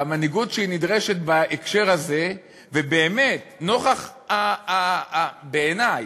והמנהיגות שנדרשת בהקשר הזה, ובאמת, נוכח, בעיני,